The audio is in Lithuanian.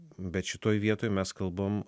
bet šitoj vietoj mes kalbam